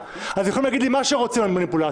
אז יכולים להגיד לי מה שרוצים על מניפולציות.